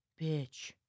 bitch